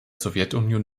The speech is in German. sowjetunion